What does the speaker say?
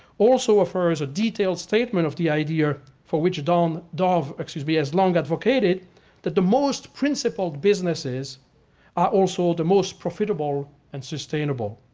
also offers a detailed statement of the idea for which dov, excuse me, has long advocated that the most principled businesses are also the most profitable and sustainable.